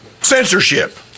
Censorship